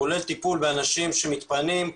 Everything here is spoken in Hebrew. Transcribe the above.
כולל טיפול באנשים שמתפנים,